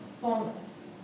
fullness